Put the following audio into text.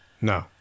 No